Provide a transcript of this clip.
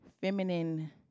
feminine